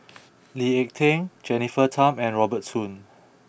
Lee Ek Tieng Jennifer Tham and Robert Soon